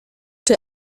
czy